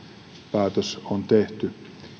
päätös on tehty